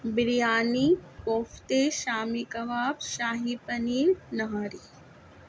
بریانی کوفتے شامی کباب شاہی پنیر نہاری